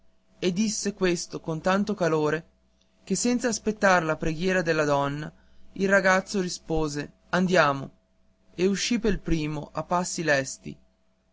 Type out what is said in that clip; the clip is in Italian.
e disse questo con tanto calore che senz'aspettar la preghiera della donna il ragazzo rispose andiamo e uscì pel primo a passi lesti